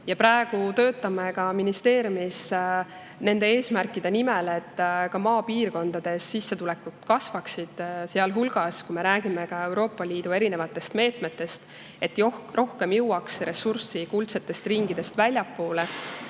Praegu töötame ka ministeeriumis nende eesmärkide nimel, et ka maapiirkondades sissetulekud kasvaksid. Sealhulgas me räägime ka Euroopa Liidu erinevatest meetmetest, et rohkem jõuaks ressurssi kuldsetest ringidest väljapoole.